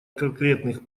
конкретных